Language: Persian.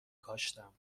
کاشتم